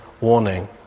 warning